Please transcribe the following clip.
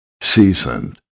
seasoned